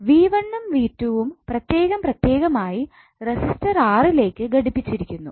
V1 ഉം V2 ഉം പ്രത്യേകം പ്രത്യേകമായി റെസിസ്റ്റർ R ലേക് ഘടിപ്പിച്ചിരിക്കുന്നു